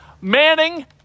Manning